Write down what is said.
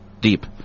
deep